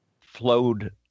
flowed